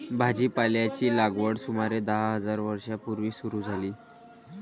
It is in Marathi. भाजीपाल्याची लागवड सुमारे दहा हजार वर्षां पूर्वी सुरू झाली